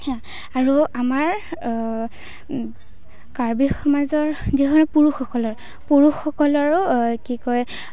সেয়া আৰু আমাৰ কাৰ্বি সমাজৰ যিসকল পুৰুষসকল পুৰুষসকলৰো কি কয়